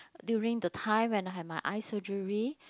during the time when I have my eye surgery